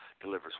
delivers